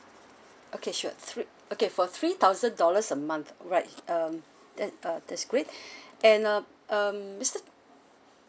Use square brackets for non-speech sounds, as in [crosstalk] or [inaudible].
okay sure three okay for three thousand dollars a month right um that uh that's great [breath] and uh um mister